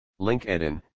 LinkedIn